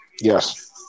yes